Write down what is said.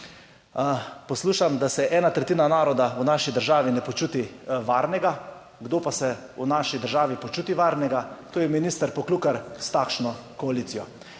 Poslušam, da se ena tretjina naroda v naši državi ne počuti varnega. Kdo pa se v naši državi počuti varnega? To je minister Poklukar s takšno koalicijo.